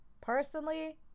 personally